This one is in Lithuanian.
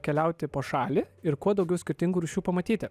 keliauti po šalį ir kuo daugiau skirtingų rūšių pamatyti